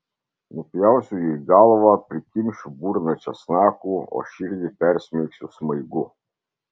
nupjausiu jai galvą prikimšiu burną česnakų o širdį persmeigsiu smaigu